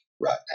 right